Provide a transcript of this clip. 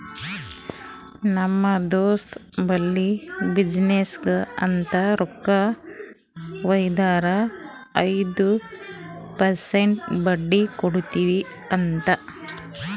ನಮ್ ದೋಸ್ತ್ ಬಲ್ಲಿ ಬಿಸಿನ್ನೆಸ್ಗ ಅಂತ್ ರೊಕ್ಕಾ ವೈದಾರ ಐಯ್ದ ಪರ್ಸೆಂಟ್ ಬಡ್ಡಿ ಕೊಡ್ತಿವಿ ಅಂತ್